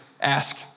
ask